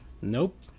nope